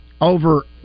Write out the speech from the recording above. over